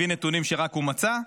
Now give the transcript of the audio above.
הוא הביא נתונים שרק הוא מצא.